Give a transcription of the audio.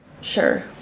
sure